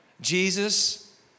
Jesus